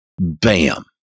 bam